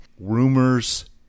rumors